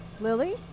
Lily